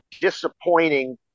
disappointing